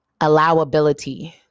allowability